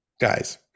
guys